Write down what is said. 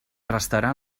restarà